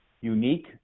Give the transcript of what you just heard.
Unique